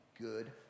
good